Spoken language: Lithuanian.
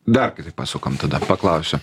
dar kitaip pasukam tada paklausiu